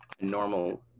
normal